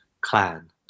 clan